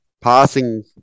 passing